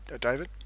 David